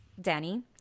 danny